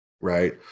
right